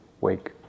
wake